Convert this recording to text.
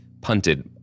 punted